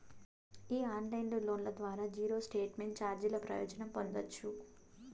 ఈ ఆన్లైన్ లోన్ల ద్వారా జీరో స్టేట్మెంట్ చార్జీల ప్రయోజనం పొందచ్చు